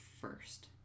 first